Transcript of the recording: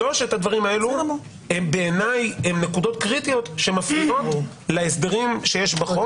שלושת הדברים האלה בעיניי הן נקודות קריטיות שמפריעות להסדרים שיש בחוק.